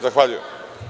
Zahvaljujem.